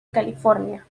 california